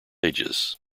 ages